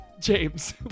james